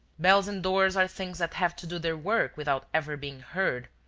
bells and doors are things that have to do their work without ever being heard.